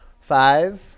Five